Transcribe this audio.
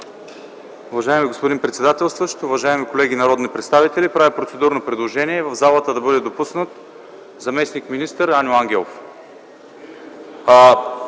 Уважаеми господин председател, уважаеми колеги народни представители! Правя процедурно предложение в залата да бъде допуснат заместник-министър Аню Ангелов.